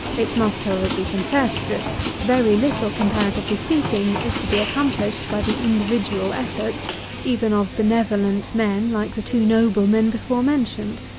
it must, however, be confessed, that very little, comparatively speaking, is to be accomplished by the individual efforts even of benevolent men like the two noblemen before mentioned.